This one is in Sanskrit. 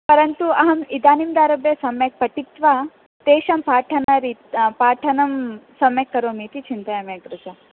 परन्तु अहम् इदानीमारभ्यः सम्यक् पठित्वा तेषां पाठनरीतिं पाठनं सम्यक् करोमि इति चिन्तयामि अग्रज